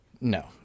No